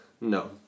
No